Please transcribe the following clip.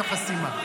השר איתמר בן גביר.